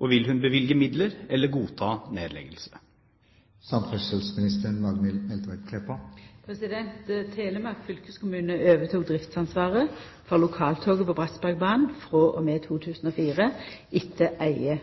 og vil hun bevilge midler, eller godta nedleggelse?» Telemark fylkeskommune overtok driftsansvaret for lokaltoget på Bratsbergbanen frå og med 2004 etter eige